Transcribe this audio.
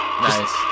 Nice